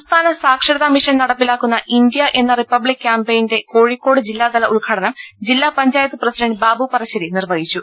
സംസ്ഥാന സാക്ഷരതാ മിഷൻ നടപ്പിലാക്കുന്ന ഇന്ത്യ എന്ന റിപ്പബ്ലിക്ക് ക്യാംപയിന്റെ കോഴിക്കോട് ജില്ലാതല ഉദ്ഘാടനം ജില്ലാ പഞ്ചായത്ത് പ്രസിഡന്റ് ബാബു പറശേരി നിർവ്വഹിച്ചു